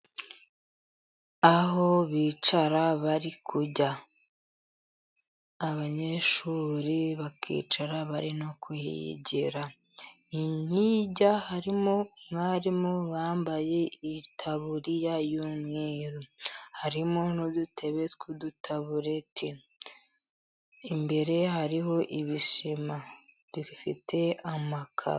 Aho bicara bari kurya, abanyeshuri bakahicara bari no kuhigira. Ni hirya harimo umwarimu wambaye itaburiya y'umweru, harimo n'udutebe tw'udutaburete, imbere hariho ibisima, bifite amakaro.